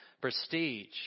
prestige